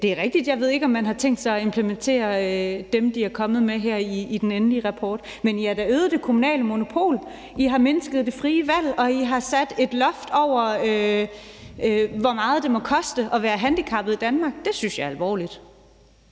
det er rigtigt, at jeg ikke ved, om man har tænkt sig at implementere dem, de er kommet med her i den endelige rapport. Men I har da øget det kommunale monopol, I har mindsket det frie valg, og I har sat et loft over, hvor meget det må koste at være handicappet i Danmark. Det synes jeg er alvorligt.